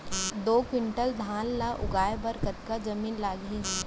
दो क्विंटल धान ला उगाए बर कतका जमीन लागही?